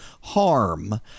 harm